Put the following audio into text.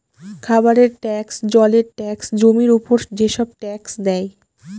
খাবারের ট্যাক্স, জলের ট্যাক্স, জমির উপর যেসব ট্যাক্স দেয়